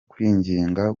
kwinginga